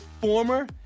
former